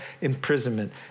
imprisonment